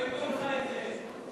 לא ייתנו לך את זה.